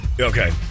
Okay